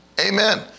Amen